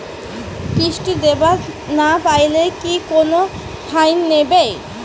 কিস্তি দিবার না পাইলে কি কোনো ফাইন নিবে?